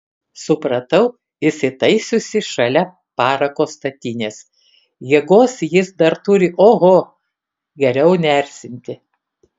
supratau įsitaisiusi šalia parako statinės jėgos jis dar turi oho geriau neerzinti